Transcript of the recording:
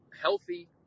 healthy